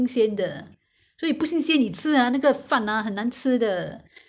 ah 新鲜的饭 ah 他就不会有一个味道不然 ah 很难吃